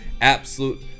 absolute